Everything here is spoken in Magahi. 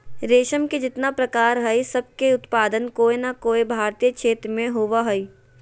रेशम के जितना प्रकार हई, सब के उत्पादन कोय नै कोय भारतीय क्षेत्र मे होवअ हई